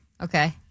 Okay